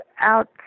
out